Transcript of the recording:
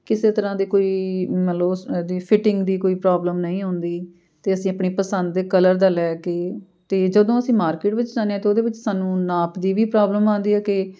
ਕਿਸੇ ਤਰ੍ਹਾਂ ਦੇ ਕੋਈ ਮਤਲਬ ਉਸ ਇਹਦੀ ਫਿਟਿੰਗ ਦੀ ਕੋਈ ਪ੍ਰੋਬਲਮ ਨਹੀਂ ਆਉਂਦੀ ਅਤੇ ਅਸੀਂ ਆਪਣੀ ਪਸੰਦ ਦੇ ਕਲਰ ਦਾ ਲੈ ਕੇ ਅਤੇ ਜਦੋਂ ਅਸੀਂ ਮਾਰਕੀਟ ਵਿੱਚ ਜਾਂਦੇ ਹਾਂ ਤਾਂ ਉਹਦੇ ਵਿੱਚ ਸਾਨੂੰ ਨਾਪ ਦੀ ਵੀ ਪ੍ਰੋਬਲਮ ਆਉਂਦੀ ਹੈ ਕਿ